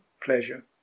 pleasure